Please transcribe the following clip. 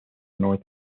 north